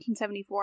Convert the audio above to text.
1974